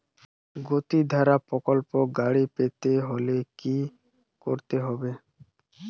গতিধারা প্রকল্পে গাড়ি পেতে হলে কি করতে হবে?